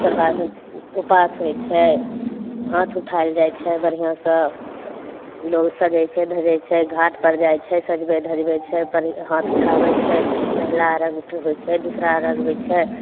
ओकरबाद उपवास होइ छै हाथ उठाओल जाइ छै बढ़िआँसँ लोग सजय छै धजय छै घाटपर जाइ छै सजबय धजबय छै पर हाथ उठाबय छै पहिला अर्घ होइ छै दूसरा अर्घ होइ छै